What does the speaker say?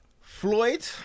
Floyd